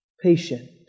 patient